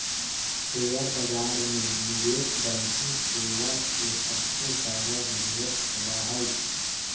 share बाजार में निवेश बैंकिंग सेवा के सबसे ज्यादा जरूरत होबा हई